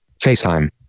FaceTime